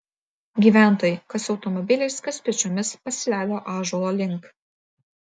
gyventojai kas automobiliais kas pėsčiomis pasileido ąžuolo link